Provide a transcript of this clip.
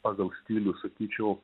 pagal stilių sakyčiau